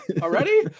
Already